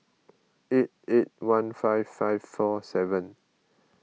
eight eight one five five four seven